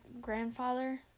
grandfather